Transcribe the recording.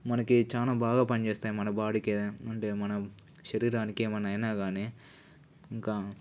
మనకి చాలా బాగా పనిచేస్తాయి మన బాడీకి అవి అంటే మన శరీరానికి ఏమైనా అయినా కానీ ఇంకా